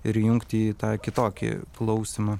ir įjungti į tą kitokį klausymą